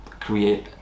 create